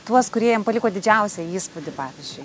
tuos kurie jiem paliko didžiausią įspūdį pavyzdžiui